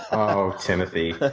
oh, timothy